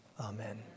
Amen